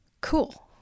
Cool